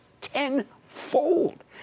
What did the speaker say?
tenfold